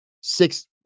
six